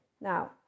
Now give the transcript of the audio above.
Now